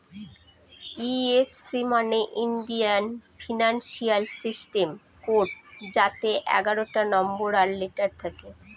IFC মানে Indian Financial System Code যাতে এগারোটা নম্বর আর লেটার থাকে